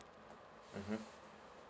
mmhmm